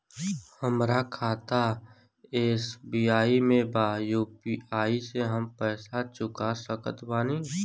हमारा खाता एस.बी.आई में बा यू.पी.आई से हम पैसा चुका सकत बानी?